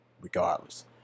regardless